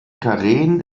karen